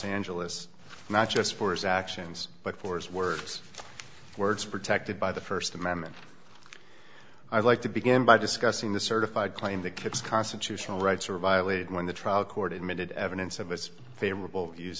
angeles not just for his actions but for his words words protected by the first amendment i'd like to begin by discussing the certified claim that kicks constitutional rights were violated when the trial court admitted evidence of its favorable use